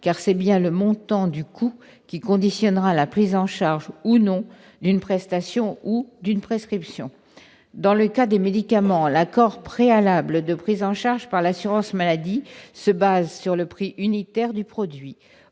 car c'est bien le montant du coût qui conditionnera la prise en charge, ou non, d'une prestation ou d'une prescription. Dans le cas des médicaments, l'accord préalable de prise en charge par l'assurance maladie se base sur le prix unitaire du produit.